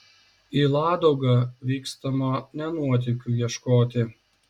į ladogą vykstama ne nuotykių ieškoti